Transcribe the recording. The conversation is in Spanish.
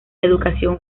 educación